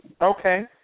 Okay